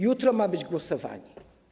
Jutro ma być głosowanie.